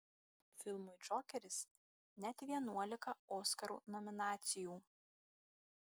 filmui džokeris net vienuolika oskarų nominacijų